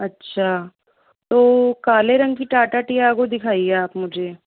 अच्छा तो काले रंग की टाटा टियागो दिखाईये आप मुझे